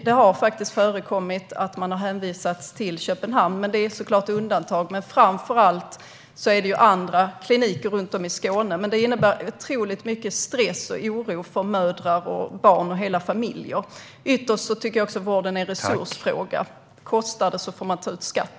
Det har faktiskt förekommit att man har hänvisats till Köpenhamn, vilket såklart skett i undantagsfall, men framför allt till andra kliniker runt om i Skåne. Det innebär en otrolig stress och oro för mödrar, barn och hela familjer. Jag tycker också att vården ytterst är en resursfråga. Kostar den får man ta ut skatt.